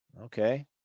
Okay